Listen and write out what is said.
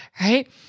Right